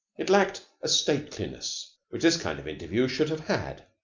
it lacked a stateliness which this kind of interview should have had.